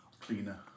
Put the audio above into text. cleaner